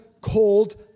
called